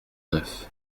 neuf